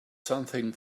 something